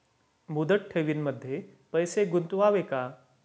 मुदत ठेवींमध्ये पैसे गुंतवावे का?